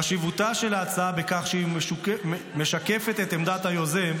חשיבותה של ההצעה בכך שהיא משקפת את עמדת היוזם.